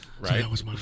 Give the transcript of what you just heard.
Right